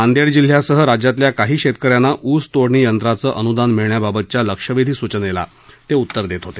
नांदेड जिल्ह्यासह राज्यातील काही शेतकऱ्यांना ऊसतोडणी यंत्राचं अनुदान मिळण्याबाबतच्या लक्षवेधी सूचनेला ते उत्तर देत होते